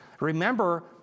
Remember